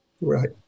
Right